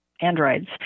Androids